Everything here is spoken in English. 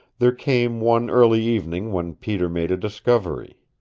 there came one early evening when peter made a discovery.